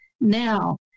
now